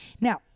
Now